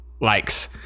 likes